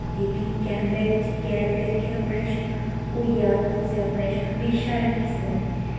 लेकिन कैमरे बिच्च कैद करियै अपने कश ओह् जाद तुस अपने कश हमेशा रक्खी सकने